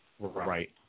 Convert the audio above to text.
Right